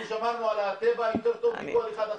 אנחנו שמרנו על הטבע יותר טוב מכל אחד אחר.